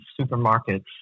supermarkets